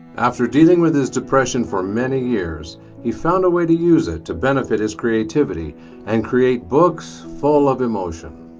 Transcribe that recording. after dealing with his depression for many years he found a way to use it to benefit his creativity and create books full of emotion.